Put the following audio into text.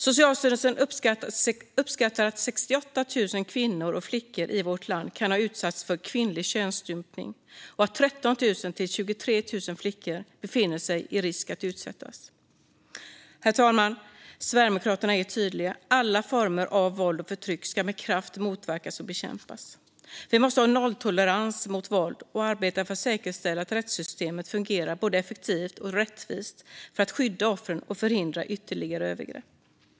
Socialstyrelsen uppskattar att 68 000 kvinnor och flickor i vårt land kan ha utsatts för kvinnlig könsstympning och att 13 000-23 000 flickor befinner sig i risk att utsättas. Herr talman! Sverigedemokraterna är tydliga: Alla former av våld och förtryck ska med kraft motverkas och bekämpas! Vi måste ha en nolltolerans mot våld och arbeta för att säkerställa att rättssystemet fungerar både effektivt och rättvist för att skydda offren och förhindra ytterligare övergrepp.